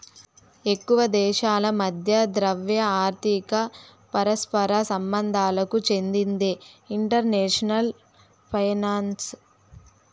ఎక్కువ దేశాల మధ్య ద్రవ్య, ఆర్థిక పరస్పర సంబంధాలకు చెందిందే ఇంటర్నేషనల్ ఫైనాన్సు